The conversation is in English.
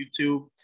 YouTube